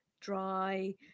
dry